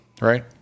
right